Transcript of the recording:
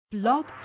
Blog